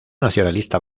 nacionalista